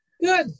Good